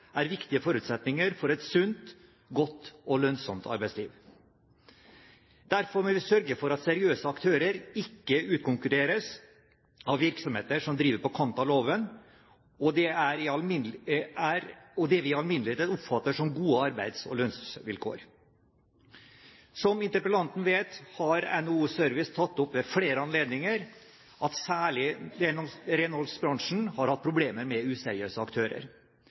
er viktige forutsetninger for et sunt, godt og lønnsomt arbeidsliv. Derfor må vi sørge for at seriøse aktører ikke utkonkurreres av virksomheter som driver på kant av loven og det vi i alminnelighet oppfatter som gode arbeids- og lønnsvilkår. Som interpellanten vet, har NHO Service ved flere anledninger tatt opp at særlig renholdsbransjen har hatt problemer med useriøse aktører,